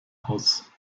aus